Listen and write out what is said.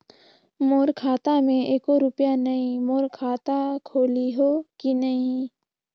मोर खाता मे एको रुपिया नइ, मोर खाता खोलिहो की नहीं?